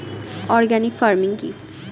Organic farming কি?